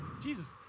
Jesus